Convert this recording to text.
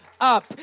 up